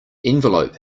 envelope